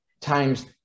times